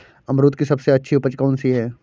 अमरूद की सबसे अच्छी उपज कौन सी है?